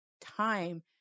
time